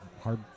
hard